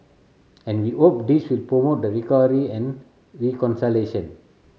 and we hope this will promote the recovery and reconciliation